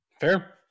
fair